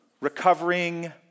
recovering